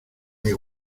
mis